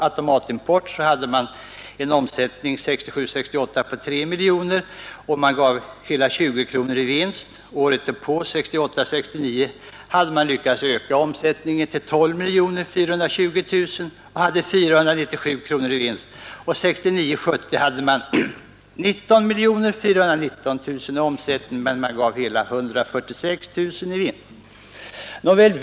Automatimport AB hade 1967 69 hade man lyckats öka omsättningen till 12 420 000 kronor och hade 497 kronor i vinst; 1969/70 var omsättningen ca 19 miljoner kronor och företaget gav hela 146 000 kronor i vinst.